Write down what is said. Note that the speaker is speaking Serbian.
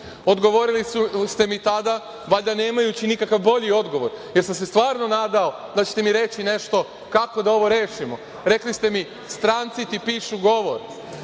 Odgovorili ste mi tada, valjda nemajući nikakav bolji odgovor, jer sam se stvarno nadao da ćete mi reći nešto kako da ovo rešimo. Rekli ste mi - stranci ti pišu govor.